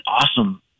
awesome